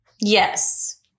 Yes